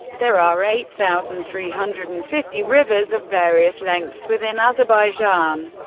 there are eight thousand three hundred and fifty rivers of various lengths within azerbaijan.